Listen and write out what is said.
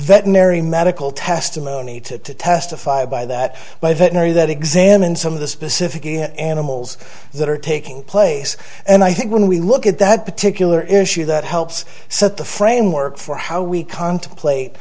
mary medical testimony to testify by that by veterinary that examined some of the specific animals that are taking place and i think when we look at that particular issue that helps set the framework for how we contemplate